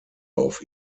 auf